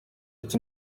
ati